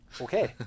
Okay